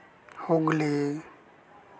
Hooghly